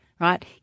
Right